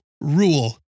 rule